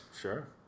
Sure